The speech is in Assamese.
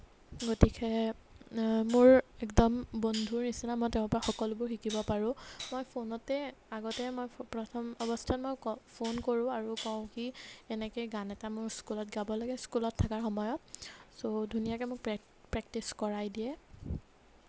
মোৰ একদম বন্ধুৰ নিচিনা মই তেওঁৰ পৰা সকলোবোৰ শিকিব পাৰোঁ মই ফোনতে আগতে মই প্ৰথম অৱস্থাত মই ক ফোন কৰোঁ আৰু কওঁ কি এনেকে গান এটা মোৰ স্কুলত গাব লাগে স্কুলত থকাৰ সময়ত ছ' ধুনীয়াকে মোক প্ৰেক প্ৰেক্টিছ কৰাই দিয়ে